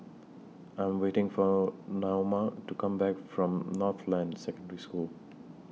I Am waiting For Naoma to Come Back from Northland Secondary School